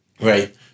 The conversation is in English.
right